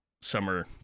summer